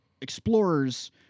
explorers